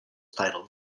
title